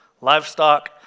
livestock